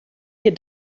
hier